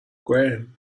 graham